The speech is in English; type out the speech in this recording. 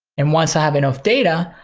and once i have enough data,